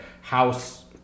House